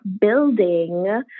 building